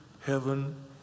heaven